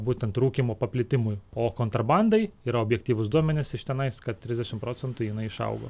būtent rūkymo paplitimui o kontrabandai yra objektyvūs duomenys iš tenais kad trisdešimt procentų jinai išaugo